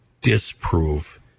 disprove